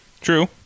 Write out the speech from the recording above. True